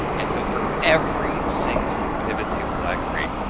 and so for every single pivot table that i create,